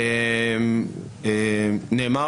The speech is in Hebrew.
נחשפנו